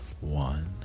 one